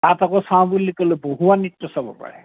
তাত আকৌ চাওঁ বুলি ক'লে বহুৱা নৃত্য চাব পাৰে